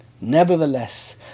nevertheless